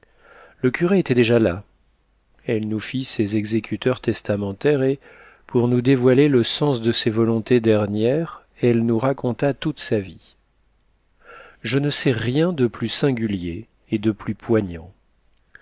le curé était déjà là elle nous fit ses exécuteurs testamentaires et pour nous dévoiler le sens de ses volontés dernières elle nous raconta toute sa vie je ne sais rien de plus singulier et de plus poignant